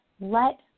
let